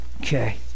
Okay